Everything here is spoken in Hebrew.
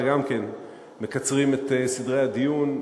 וגם כן מקצרים את סדרי הדיון,